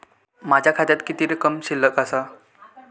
माझ्या खात्यात किती रक्कम शिल्लक आसा?